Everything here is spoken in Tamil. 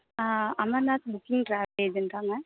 ah Amarnath booking travel ஏஜென்ட்டாங்க